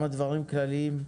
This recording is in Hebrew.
אושרה כמה דברים כלליים,